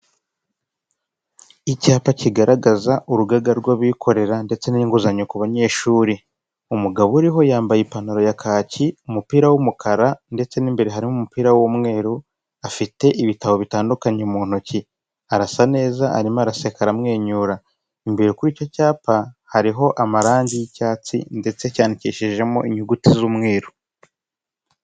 Icyapa kigaragaza urugaga rw'abikorera ndetse n'inguzanyo ku banyeshuri, umugabo uriho yambaye ipantaro ya kaki, umupira w'umukara ndetse n'imbere harimo umupira w'umweru, afite ibitabo bitandukanye mu ntoki arasa neza arimo araseka aramwenyura, imbere kuri icyo cyapa hariho amarangi y'icyatsi ndetse cyandikishijemo inyuguti z'umweruru.